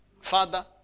Father